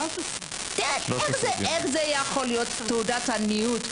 איך זה יכול להיות תעודת עניות.